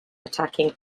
attacking